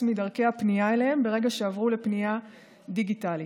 מדרכי הפנייה אליהם ברגע שעברו לפנייה דיגיטלית.